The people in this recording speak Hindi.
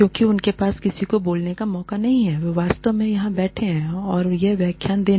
क्योंकि उनके पास किसी को बोलने का मौका नहीं है जो वास्तव में यहां बैठे हैं और यह व्याख्यान देने